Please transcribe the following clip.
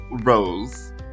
Rose